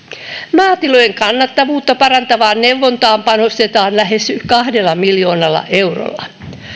maatilojen kannattavuutta parantavaan neuvontaan panostetaan lähes kahdella miljoonalla eurolla